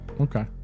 okay